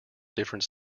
different